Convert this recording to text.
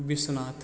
Bisnath